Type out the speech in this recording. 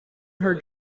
her